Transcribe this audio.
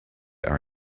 are